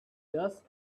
just